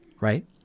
Right